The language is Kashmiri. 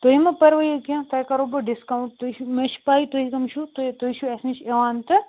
تُہۍ مہٕ پروٲیِو کیٚنٛہہِ تۄہہِ کَرہو بہٕ ڈسکاونٛٹ تہۍ مےٚ چھِ پَاے تُہۍ کٕم چھُو تُہۍ تُہۍ چھُو اسہِ نِش یِوان تہٕ